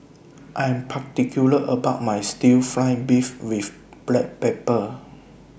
I Am particular about My Stir Fry Beef with Black Pepper